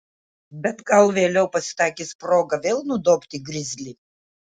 bet gal vėliau pasitaikys proga vėl nudobti grizlį